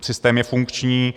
Systém je funkční.